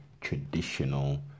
traditional